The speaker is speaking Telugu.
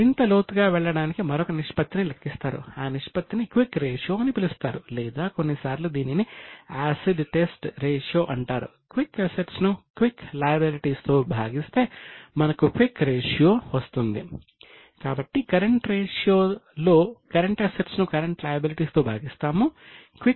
మరింత లోతుగా వెళ్ళడానికి మరొక నిష్పత్తిని లెక్కిస్తారు ఆ నిష్పత్తిని క్విక్ రేషియో ను తీసివేస్తాము